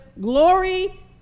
glory